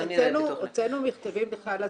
הוצאנו מכתבים לזכאים,